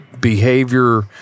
behavior